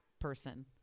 person